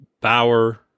Bauer